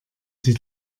sie